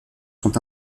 sont